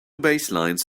baselines